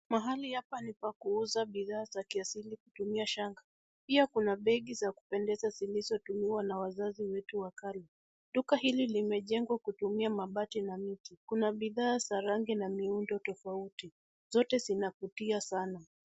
Mahali hapa ni pa kuuza bidhaa za kiasilia kutumia shanga. Pia kuna begi za kupendeza zilizotumiwa na wazazi wetu wa kale. Duka hili limejengwa kutumia mabati na miti. Kuna bidhaa za rangi na miundo tofauti. Zote zinavutia sana.